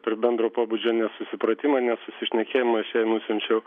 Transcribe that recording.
prie bendro pobūdžio nesusipratimo nesusišnekėjimo aš jai nusiunčiau